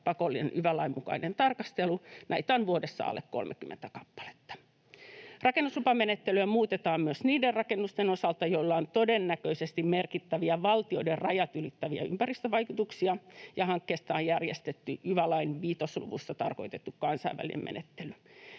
pakollinen yva-lain mukainen tarkastelu. Näitä on vuodessa alle 30 kappaletta. Rakennuslupamenettelyä muutetaan myös niiden rakennusten osalta, joilla on todennäköisesti merkittäviä valtioiden rajat ylittäviä ympäristövaikutuksia, ja hankkeesta on järjestetty yva-lain 5 luvussa tarkoitettu kansainvälinen menettely.